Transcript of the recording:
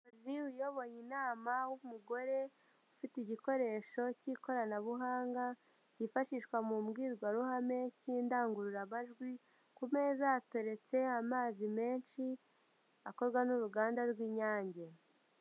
Umuyobozi uyoboye inama w'umugore, ufite igikoresho cy'ikoranabuhanga cyifashishwa mu mbwirwaruhame cy'indangururamajwi, ku meza hateretse amazi menshi akorwa n'uruganda rw'inyange.